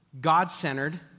God-centered